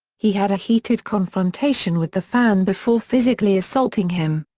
he had a heated confrontation with the fan before physically assaulting him.